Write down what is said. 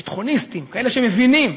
ביטחוניסטים, כאלה שמבינים,